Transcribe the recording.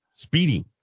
speeding